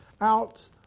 out